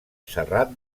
serrat